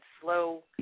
slow –